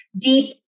deep